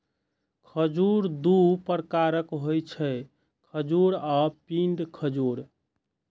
खजूर दू प्रकारक होइ छै, खजूर आ पिंड खजूर